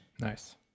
Nice